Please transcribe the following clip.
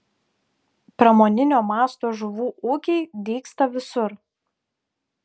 pramoninio masto žuvų ūkiai dygsta visur